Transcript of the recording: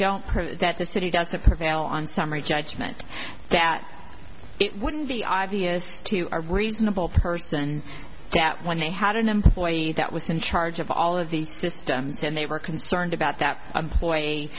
credit that the city doesn't prevail on summary judgment that it wouldn't be obvious to a reasonable person that when they had an employee that was in charge of all of these systems and they were concerned about that employee